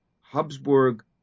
Habsburg